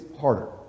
harder